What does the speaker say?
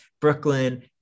Brooklyn